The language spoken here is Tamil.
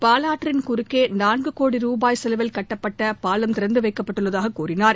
பாலாற்றின் குறுக்கே நான்கு கோடி ரூபாய் செலவில் கட்டப்பட்ட பாலம் திறந்து வைக்கப்பட்டுள்ளதாக கூறினார்